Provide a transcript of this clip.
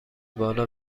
بالا